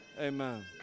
amen